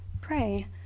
Pray